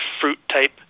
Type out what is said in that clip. fruit-type